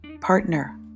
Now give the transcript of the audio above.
partner